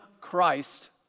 Christ